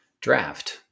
draft